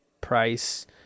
price